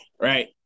Right